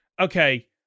okay